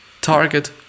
target